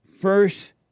first